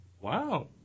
Wow